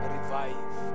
Revive